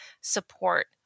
support